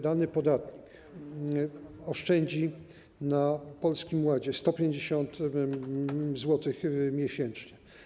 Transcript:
Dany podatnik oszczędzi na Polskim Ładzie 150 zł miesięcznie.